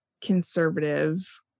conservative